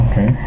Okay